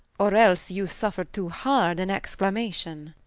or else you suffer too hard an exclamation